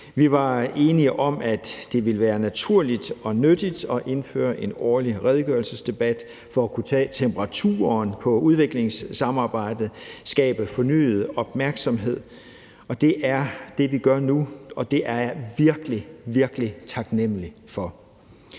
Vi var enige om, at det ville være naturligt og nyttigt at indføre en årlig redegørelsesdebat for at kunne tage temperaturen på udviklingssamarbejdet og skabe fornyet opmærksomhed, og det er det, vi gør nu, og det er jeg virkelig, virkelig taknemlig for.